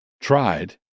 tried